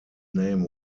name